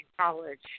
college